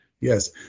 Yes